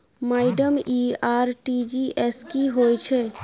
Madam इ RTGS की होइ छैय?